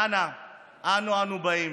באים?